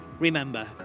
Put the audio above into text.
Remember